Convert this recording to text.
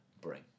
bring